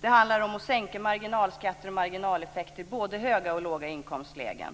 Det handlar om att sänka marginalskatter och marginaleffekter, i både höga och låga inkomstlägen.